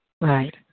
Right